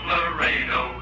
Laredo